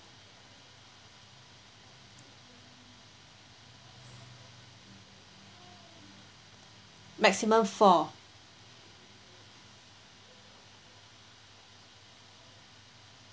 maximum four